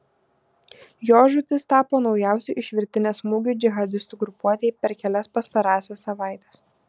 jo žūtis tapo naujausiu iš virtinės smūgių džihadistų grupuotei per kelias pastarąsias savaites